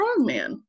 strongman